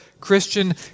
Christian